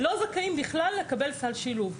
לא זכאים בכלל לקבל סל שילוב.